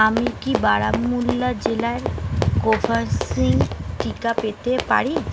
আমি কি বারামুল্লা জেলায় কোভ্যাক্সিন টিকা পেতে পারি